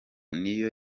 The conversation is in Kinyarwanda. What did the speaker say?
niyo